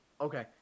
okay